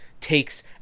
takes